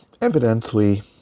evidently